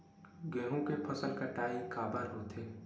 गेहूं के फसल कटाई काबर होथे?